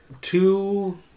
two